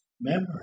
memory